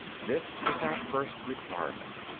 this is our first requirement.